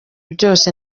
byose